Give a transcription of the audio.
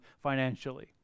financially